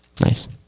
Nice